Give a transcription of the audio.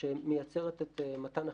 שמייצרת את מתן החיסונים,